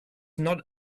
not